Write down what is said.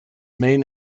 main